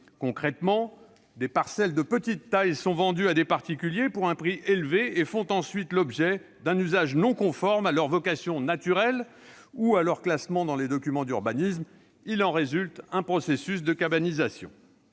Concrètement, des parcelles de petite taille sont vendues à des particuliers pour un prix élevé et font ensuite l'objet d'un usage non conforme à leur vocation naturelle ou à leur classement dans les documents d'urbanisme. Il en résulte un processus de « cabanisation